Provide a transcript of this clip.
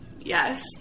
yes